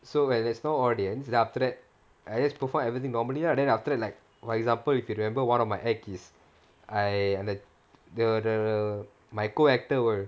so when there's no audience then after that I just perform everything normally lah then after that like like example if you remember one of my act is I the the the my co-actor were